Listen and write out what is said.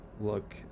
look